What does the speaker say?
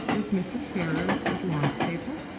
is mrs. ferrars at longstaple?